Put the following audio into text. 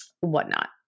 whatnot